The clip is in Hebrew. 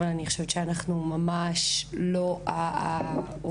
אבל אני חושבת שאנחנו ממש לא האוכלוסייה